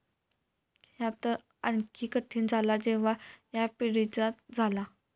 ह्या तर आणखी कठीण झाला जेव्हा ह्या पिढीजात झाला